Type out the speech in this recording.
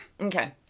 Okay